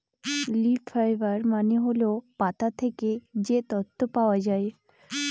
leaf fiber মানে হল পাতা থেকে যে তন্তু পাওয়া যায়